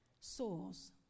sores